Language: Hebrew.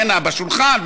בשולחן,